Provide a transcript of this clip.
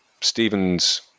Stephen's